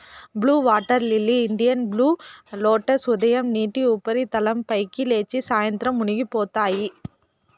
blue water lily, Indian blue lotus ఉదయం నీటి ఉపరితలం పైకి లేచి, సాయంత్రం మునిగిపోతాయి